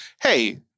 Hey